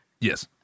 Yes